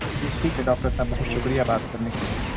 جی ٹھیک ہے ڈاکٹر صاحب بہت شکریہ بات کرنے کے لیے